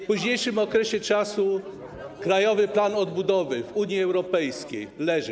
W późniejszym okresie czasu Krajowy Plan Odbudowy w Unii Europejskiej leży.